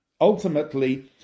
ultimately